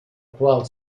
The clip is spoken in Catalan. qual